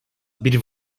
bir